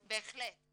בהחלט.